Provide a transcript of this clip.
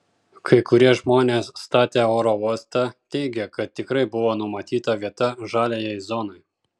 kai kurie žmonės statę oro uostą teigė kad tikrai buvo numatyta vieta žaliajai zonai